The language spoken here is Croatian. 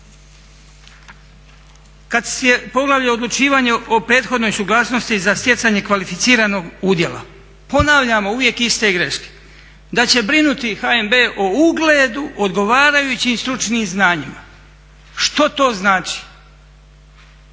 toga. Poglavlje odlučivanje o prethodnoj suglasnosti za stjecanje kvalificiranog udjela. Ponavljamo uvijek iste greške, da će brinuti HNB o ugledu odgovarajućim stručnim znanjima. Što to znači?